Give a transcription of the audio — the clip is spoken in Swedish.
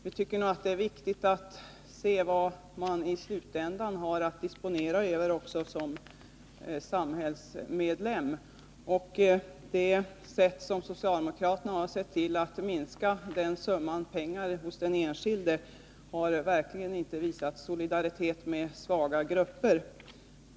Vi tycker att det är viktigt att veta vad man som samhällsmedlem har att disponera över i slutändan. Med sitt sätt att se tillatt minska denna summa pengar hos den enskilde har socialdemokraterna verkligen inte visat solidaritet med svaga grupper.